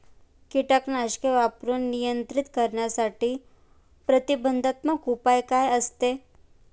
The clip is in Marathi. कीटकनाशके वापरून नियंत्रित करण्यासाठी प्रतिबंधात्मक उपाय काय आहेत?